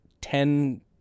ten